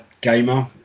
gamer